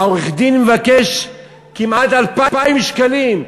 העורך-דין מבקש כמעט 2,000 שקלים,